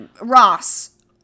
Ross